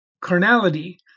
carnality